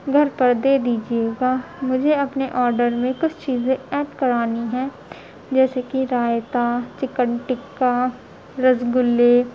گھر پر دے دیجیے گا مجھے اپنے آڈر میں کچھ چیزیں ایڈ کروانی ہیں جیسے کہ رائتا چکن ٹکا رس گلے